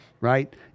right